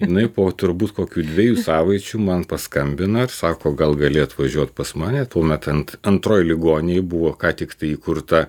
jinai po turbūt kokių dviejų savaičių man paskambina ir sako gal gali atvažiuot pas mane tuomet ant antroj ligoninėj buvo ką tik įkurta